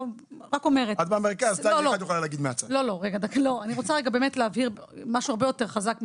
אני רוצה להבהיר משהו יותר חזק בעיניי.